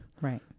Right